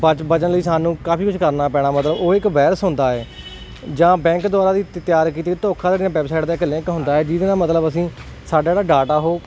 ਬਚ ਬਚਣ ਲਈ ਸਾਨੂੰ ਕਾਫੀ ਕੁਝ ਕਰਨਾ ਪੈਣਾ ਮਤਲਬ ਉਹ ਇੱਕ ਵਾਇਰਸ ਹੁੰਦਾ ਹੈ ਜਾਂ ਬੈਂਕ ਦੁਆਰਾ ਦੀ ਤ ਤਿਆਰ ਕੀਤੀ ਧੋਖਾ ਵੈਬਸਾਈਟ ਦਾ ਇੱਕ ਲਿੰਕ ਹੁੰਦਾ ਜਿਹਦੇ ਨਾਲ ਮਤਲਬ ਅਸੀਂ ਸਾਡਾ ਜਿਹੜਾ ਡਾਟਾ ਉਹ